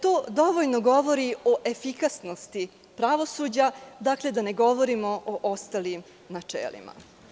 To dovoljno govori o efikasnosti pravosuđa, da ne govorim o ostalim načelima.